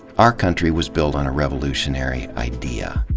our country was built on a revolutionary idea.